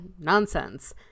nonsense